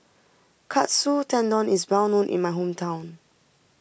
Katsu Tendon is well known in my hometown